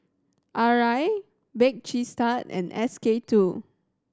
Arai Bake Cheese Tart and S K Two